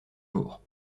jours